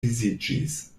disiĝis